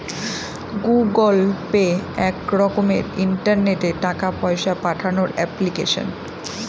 Google Pay এক রকমের ইন্টারনেটে টাকা পয়সা পাঠানোর এপ্লিকেশন